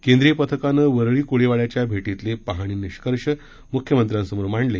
केंद्रीय पथकानं वरळी कोळीवाङ्याच्या भेटीतले पाहाणी निष्कर्ष मुख्यमंत्र्यासमोर मांडले